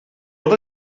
ond